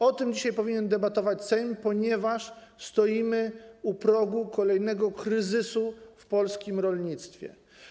O tym dzisiaj powinien debatować Sejm, ponieważ stoimy u progu kolejnego kryzysu w polskim rolnictwie.